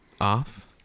off